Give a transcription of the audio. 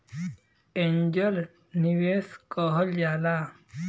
angel निवेस कहल जाला